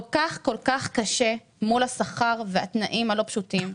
כל כך קשה מול השכר והתנאים הלא פשוטים.